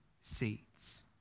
seeds